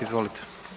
Izvolite.